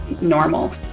normal